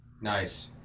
Nice